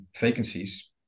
vacancies